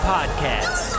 Podcast